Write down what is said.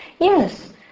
yes